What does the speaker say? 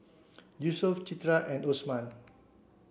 Yusuf Citra and Osman